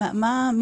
כמה